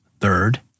Third